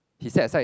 he set aside